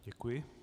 Děkuji.